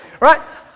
right